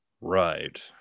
Right